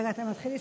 טוב.